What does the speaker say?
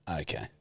Okay